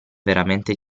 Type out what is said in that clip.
veramente